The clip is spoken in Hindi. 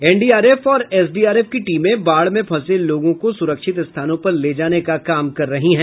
एनडीआरएफ और एसडीआरएफ की टीमें बाढ़ में फंसे लोगों को सुरक्षित स्थानों पर ले जाने का काम कर रही है